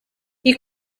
you